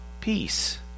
peace